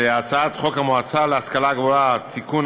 היא הצעת חוק המועצה להשכלה גבוהה (תיקון,